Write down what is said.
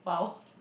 !wow!